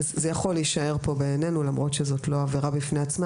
בעינינו זה יכול להישאר כאן למרות שזאת לא עבירה בפני עצמה